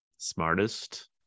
smartest